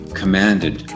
commanded